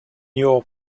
your